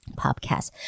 podcast